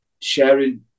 sharing